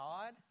God